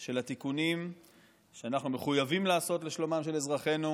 של התיקונים שאנחנו מחויבים לעשות לשלומם של אזרחינו,